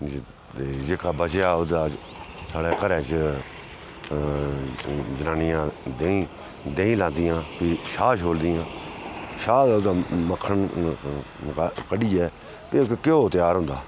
जेह्का बचेआ ओह्दा साढ़ै घरै च जनानियां देहीं देहीं लांदियां फ्ही छाह् छोलदियां छाह् दा मक्खन कड्ढियै ते घ्यौ त्यार होंदा